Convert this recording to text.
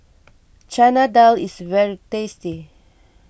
Chana Dal is very tasty